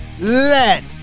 let